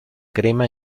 crema